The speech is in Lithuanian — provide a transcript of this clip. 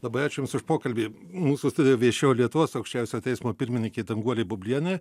labai ačiū jums už pokalbį mūsų studijoje viešėjo lietuvos aukščiausiojo teismo pirmininkė danguolė bublienė